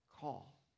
call